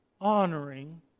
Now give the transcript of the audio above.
honoring